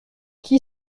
qui